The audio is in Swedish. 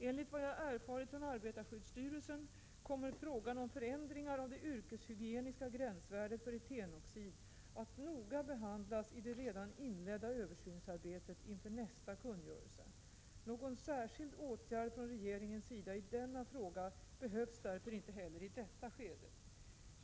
Enligt vad jag erfarit från arbetarskyddsstyrelsen kommer frågan om förändringar av det yrkeshygieniska gränsvärdet för etenoxid att noga behandlas i det redan inledda översynsarbetet inför nästa kungörelse. Någon särskild åtgärd från regeringens sida i denna fråga behövs därför inte heller i detta skede.